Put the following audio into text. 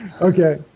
Okay